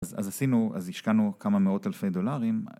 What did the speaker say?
אז עשינו אז השקענו כמה מאות אלפי דולרים